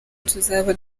tuzaba